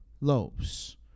loaves